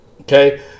okay